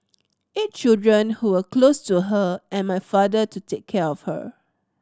eight children who were close to her and my father to take care of her